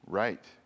right